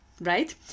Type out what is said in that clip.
right